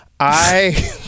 I